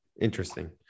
Interesting